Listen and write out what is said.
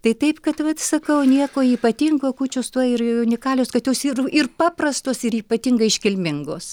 tai taip kad vat sakau nieko ypatingo kūčios tuo ir unikalios kad jos ir ir paprastos ir ypatingai iškilmingos